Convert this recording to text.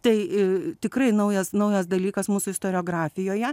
tai tikrai naujas naujas dalykas mūsų istoriografijoje